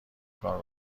کار